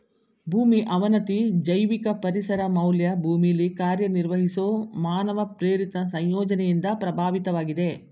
ಭೂಮಿ ಅವನತಿ ಜೈವಿಕ ಪರಿಸರ ಮೌಲ್ಯ ಭೂಮಿಲಿ ಕಾರ್ಯನಿರ್ವಹಿಸೊ ಮಾನವ ಪ್ರೇರಿತ ಸಂಯೋಜನೆಯಿಂದ ಪ್ರಭಾವಿತವಾಗಿದೆ